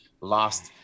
last